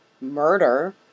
murder